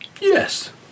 Yes